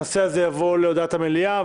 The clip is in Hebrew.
הנושא יובא להודעה במליאה,